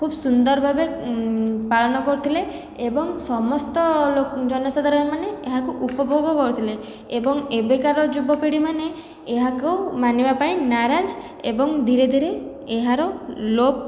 ଖୁବ ସୁନ୍ଦର ଭାବେ ପାଳନ କରୁଥିଲେ ଏବଂ ସମସ୍ତ ଜନସାଧାରଣ ମାନେ ଏହାକୁ ଉପଭୋଗ କରୁଥିଲେ ଏବଂ ଏବେକାର ଯୁବପିଢ଼ୀମାନେ ଏହାକୁ ମାନିବା ପାଇଁ ନାରାଜ ଏବଂ ଧୀରେ ଧୀରେ ଏହାର ଲୋପ